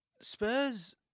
Spurs